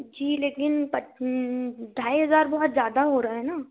जी लेकिन पट ढाई हज़ार बहुत ज़्यादा हो रहा है ना